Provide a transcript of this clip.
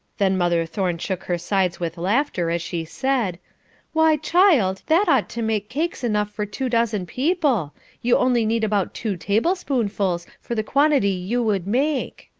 then mother thorne shook her sides with laughter, as she said why, child, that ought to make cakes enough for two dozen people you only need about two table-spoonfuls for the quantity you would make.